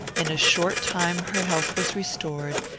in a short time her health was restored,